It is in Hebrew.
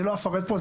אני לא אפרט פה,